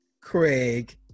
Craig